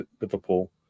Liverpool